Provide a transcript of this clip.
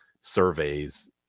surveys